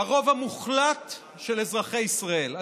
הרוב המוחלט של אזרחי ישראל.